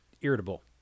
irritable